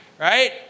right